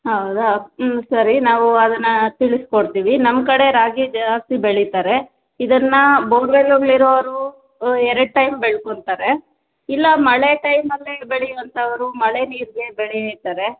ಹೌದಾ ಹ್ಞೂ ಸರಿ ನಾವು ಅದನ್ನು ತಿಳಿಸ್ಕೊಡ್ತೀವಿ ನಮ್ಮ ಕಡೆ ರಾಗಿ ಜಾಸ್ತಿ ಬೆಳೀತಾರೆ ಇದನ್ನು ಬೋರ್ವೆಲ್ಗ್ಳು ಇರೋರು ಎರಡು ಟೈಮ್ ಬೆಳ್ಕೊತಾರೆ ಇಲ್ಲ ಮಳೆ ಟೈಮಲ್ಲೇ ಬೆಳೆಯುವಂಥವರು ಮಳೆ ನೀರಿಗೆ ಬೆಳೀತಾರೆ